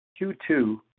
Q2